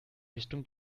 richtung